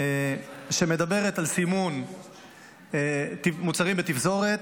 שמדברת על סימון מוצרים בתפזורת,